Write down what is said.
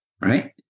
right